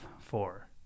Four